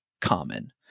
common